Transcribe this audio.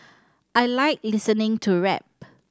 I like listening to rap